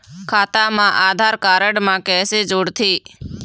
खाता मा आधार कारड मा कैसे जोड़थे?